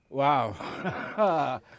Wow